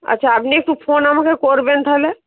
আচ্ছা আপনি একটু ফোন আমাকে করবেন তাহলে